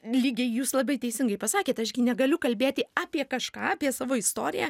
lygiai jūs labai teisingai pasakėte aš gi negaliu kalbėti apie kažką apie savo istoriją